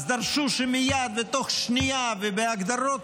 אז דרשו שמייד ותוך שנייה ובהגדרות